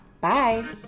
Bye